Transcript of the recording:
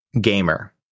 gamer